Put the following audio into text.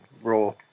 raw